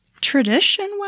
tradition